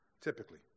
typically